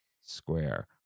Square